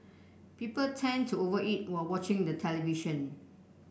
people tend to over eat while watching the television